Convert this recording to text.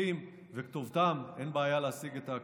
וכך גם שמות השופטים וכתובתם.